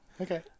Okay